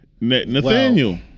Nathaniel